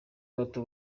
bato